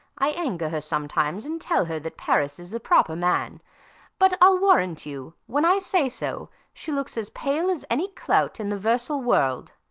i anger her sometimes, and tell her that paris is the properer man but i'll warrant you, when i say so, she looks as pale as any clout in the versal world.